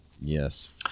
Yes